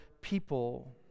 people